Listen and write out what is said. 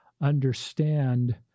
understand